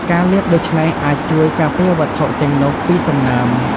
ការលាបដូច្នេះអាចជួយការពារវត្ថុទាំងនោះពីសំណើម។